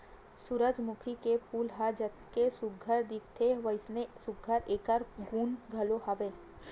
सूरजमूखी के फूल ह जतके सुग्घर दिखथे वइसने सुघ्घर एखर गुन घलो हे